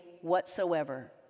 whatsoever